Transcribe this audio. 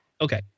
Okay